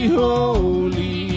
holy